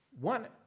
One